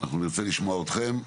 אני רוצה לשמוע אתכם.